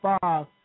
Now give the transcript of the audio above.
five